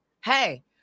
Hey